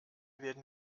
werden